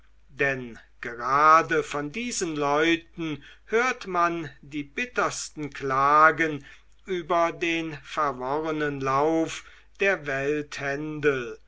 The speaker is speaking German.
denn gerade von diesen leuten hört man die bittersten klagen über den verworrenen lauf der welthändel